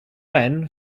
when